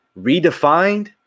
redefined